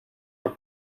are